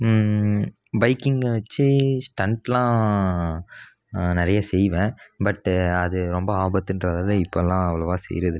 பைக்கிங்கை வச்சு ஸ்டண்டெலாம் நான் நிறையா செய்வேன் பட்டு அது ரொம்ப ஆபத்துகிறதால இப்பெல்லாம் அவ்வளோவா செய்கிறதில்லை